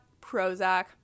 Prozac